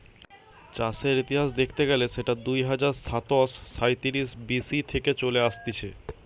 চায়ের ইতিহাস দেখতে গেলে সেটা দুই হাজার সাতশ সাইতিরিশ বি.সি থেকে চলে আসতিছে